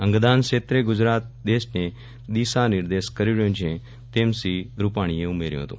અંગદાન ક્ષેત્રે ગુજરાત દેશને દિશાનિર્દેશ કરી રહ્યું છે તેમ શ્રી રૂપાણીએ ઉમેર્યું હતું